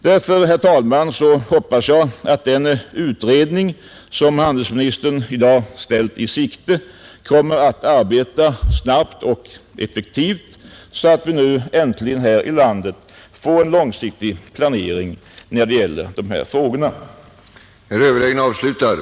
Därför, herr talman, hoppas jag att den utredning som handelsministern i dag ställt i utsikt kommer att arbeta snabbt och effektivt så att vi nu äntligen får en långsiktig planering på detta område.